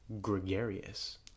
gregarious